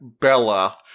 Bella